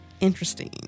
interesting